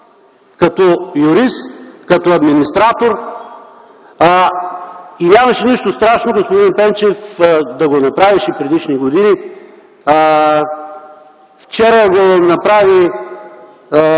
като юрист, като администратор. И нямаше нищо страшно господин Пенчев да беше направил това предишните години. Вчера го направи